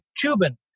Cuban